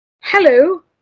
Hello